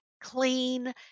clean